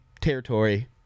territory